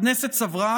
הכנסת סברה,